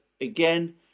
again